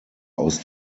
aus